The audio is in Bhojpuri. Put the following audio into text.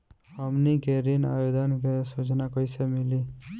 हमनी के ऋण आवेदन के सूचना कैसे मिली?